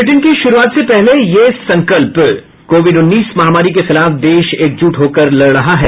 bulletin की शुरूआत से पहले ये संकल्प कोविड उन्नीस महामारी के खिलाफ देश एकजुट होकर लड़ रहा है